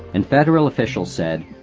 and federal officials said,